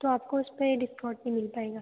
तो आपको उसपे डिस्काउंट नहीं मिल पाएगा